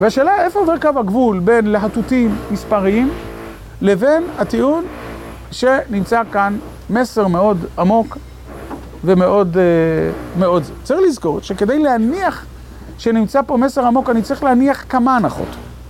והשאלה איפה עובר קו הגבול בין להטוטים מספריים לבין הטיעון שנמצא כאן מסר מאוד עמוק ומאוד זה... צריך לזכור שכדי להניח שנמצא פה מסר עמוק אני צריך להניח כמה הנחות